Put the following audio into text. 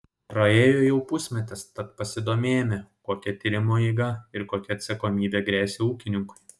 praėjo jau pusmetis tad pasidomėjome kokia tyrimo eiga ir kokia atsakomybė gresia ūkininkui